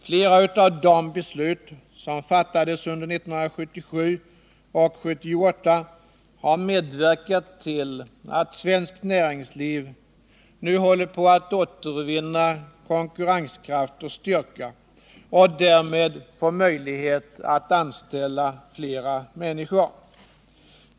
Flera av de beslut som fattades under 1977 och 1978 har medverkat till att svenskt näringsliv nu håller på att återvinna konkurrenskraft och styrka och därmed får möjlighet att anställa flera människor.